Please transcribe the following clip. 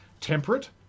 temperate